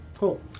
Cool